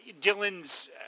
Dylan's